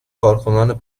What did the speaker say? کارکنان